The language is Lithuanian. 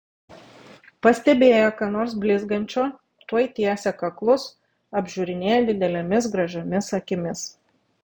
pastebėję ką nors blizgančio tuoj tiesia kaklus apžiūrinėja didelėmis gražiomis akimis